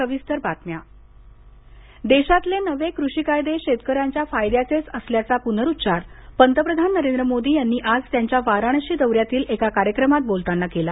पंतप्रधान वाराणसी देशातले नवे कृषी कायदे शेतकऱ्यांच्या फायद्याचेच असल्याचा पुनरुच्चार पंतप्रधान नरेंद्र मोदी यांनी आज त्यांच्या वाराणसी दौऱ्यातील एका कार्यक्रमात बोलताना केला